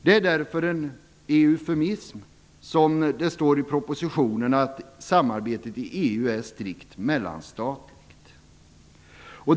Det är därför en eufemism att, som det framhålls i propositionen, samarbetet i EU är strikt mellanstatligt.